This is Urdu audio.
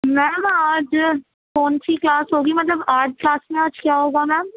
میم آج کون سی کلاس ہوگی مطلب آج کلاس میں آج کیا ہوگا میم